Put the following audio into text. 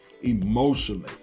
emotionally